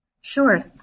Sure